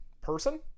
person